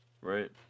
Right